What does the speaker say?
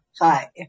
Hi